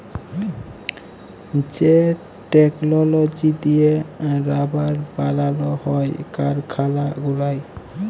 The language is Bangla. যে টেকললজি দিঁয়ে রাবার বালাল হ্যয় কারখালা গুলায়